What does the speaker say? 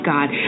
God